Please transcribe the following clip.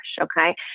okay